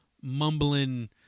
mumbling